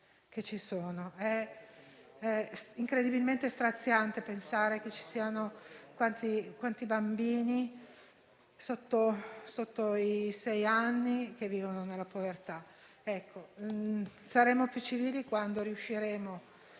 che ci sono in Italia. È incredibilmente straziante pensare che ci siano così tanti bambini sotto i sei anni che vivono nella povertà. Saremo più civili quando riusciremo